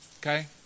okay